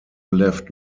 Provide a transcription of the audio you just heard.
left